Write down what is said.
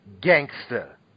Gangster